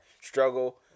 struggle